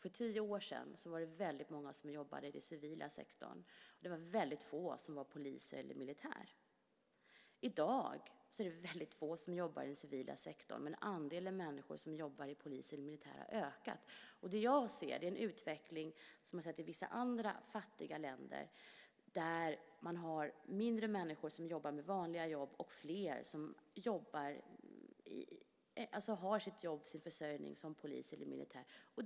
För tio år sedan jobbade många i den civila sektorn. Det var väldigt få som var poliser och militärer. I dag jobbar väldigt få i den civila sektorn. Andelen människor som jobbar inom polisen och det militära har ökat. Det jag ser är en utveckling som jag har sett i en del andra fattiga länder där man har färre som jobbar med vanliga jobb och fler som har sin försörjning som polis eller militär.